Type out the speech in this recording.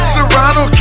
Serrano